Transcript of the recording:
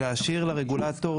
זה נכנס לספאם.